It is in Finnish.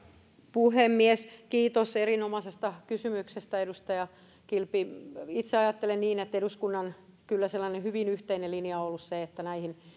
puhemies kiitos erinomaisesta kysymyksestä edustaja kilpi itse ajattelen niin että kyllä eduskunnan sellainen hyvin yhteinen linja on ollut että näihin